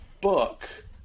book